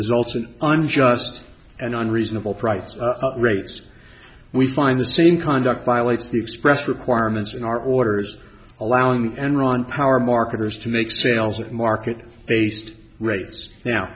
results and on just an unreasonable price of rates we find the same conduct violates the expressed requirements in our orders allowing enron power marketers to make sales and market based rates now